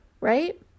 right